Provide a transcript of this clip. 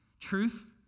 truth